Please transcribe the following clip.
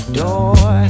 door